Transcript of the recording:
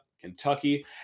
Kentucky